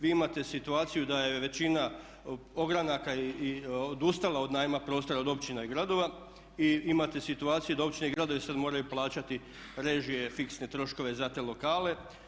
Vi imate situaciju da je većina ogranaka odustala od najma prostora od općina i gradova i imate situaciju da općine i gradovi sad moraju plaćati režije, fiksne troškove za te lokale.